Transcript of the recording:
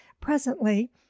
presently